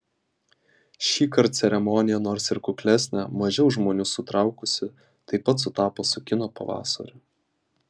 šįkart ceremonija nors ir kuklesnė mažiau žmonių sutraukusi taip pat sutapo su kino pavasariu